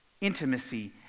Intimacy